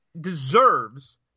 deserves